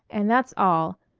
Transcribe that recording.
and that's all.